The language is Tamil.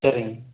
சரிங்க